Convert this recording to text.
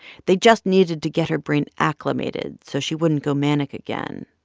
they just needed to get her brain acclimated so she wouldn't go manic again.